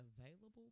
available